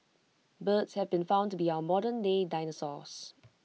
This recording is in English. birds have been found to be our modernday dinosaurs